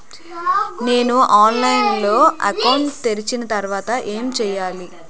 నేను ఆన్లైన్ లో అకౌంట్ తెరిచిన తర్వాత ఏం చేయాలి?